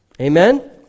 Amen